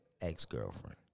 ex-girlfriend